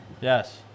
Yes